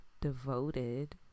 devoted